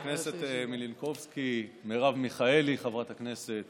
חברת הכנסת מלינקובסקי, חברת הכנסת